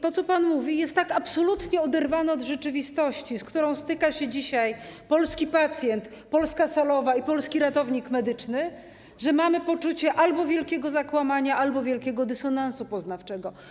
To, co pan mówi, jest tak absolutnie oderwane od rzeczywistości, z jaką styka się dzisiaj polski pacjent, polska salowa i polski ratownik medyczny, że mamy poczucie albo wielkiego zakłamania, albo wielkiego dysonansu poznawczego.